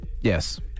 Yes